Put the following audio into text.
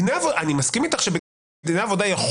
אני מסכים איתך שבדיני עבודה יכול